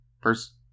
first